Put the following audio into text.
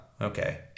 okay